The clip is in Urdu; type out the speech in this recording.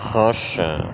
خوش